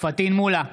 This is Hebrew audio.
פטין מולא,